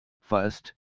First